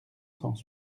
cent